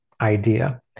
idea